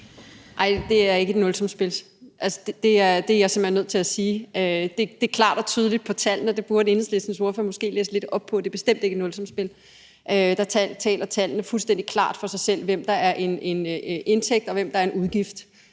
Nej, det er ikke et nulsumsspil, det er jeg simpelt hen nødt til at sige. Det er klart og tydeligt på tallene, og det burde Enhedslistens ordfører måske læse lidt op på. Det er bestemt ikke et nulsumsspil; der taler tallene fuldstændig klart for sig selv om, hvem der er en indtægt, og hvem der er en udgift.